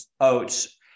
oats